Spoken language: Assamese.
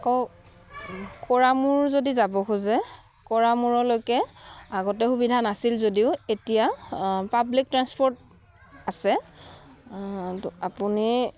আকৌ কুৰামূৰ যদি যাব খোজে কুৰামূৰলৈকে আগতে সুবিধা নাছিল যদিও এতিয়া পাব্লিক ট্ৰানসপৰ্ট আছে ত' আপুনি